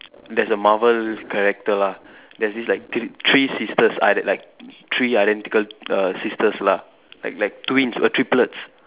there's a Marvel character lah there's this like thr~ three sisters ide~ like three identical uh sisters lah like like twins or triplets